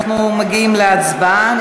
אנחנו מגיעים להצבעה.